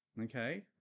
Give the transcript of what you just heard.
Okay